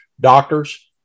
doctors